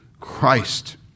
Christ